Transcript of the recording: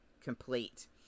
complete